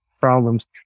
problems